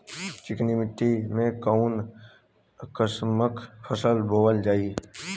चिकनी मिट्टी में कऊन कसमक फसल बोवल जाई?